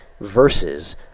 versus